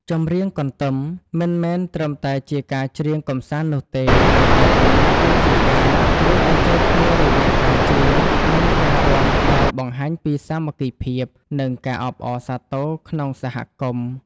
ចម្រៀងកន្ទឹមមិនមែនត្រឹមតែជាការច្រៀងកម្សាន្តនោះទេ ប៉ុន្តែវាគឺជាការរួមបញ្ចូលគ្នារវាងការច្រៀង និងការរាំដែលបង្ហាញពីសាមគ្គីភាព និងការអបអរសាទរក្នុងសហគមន៍។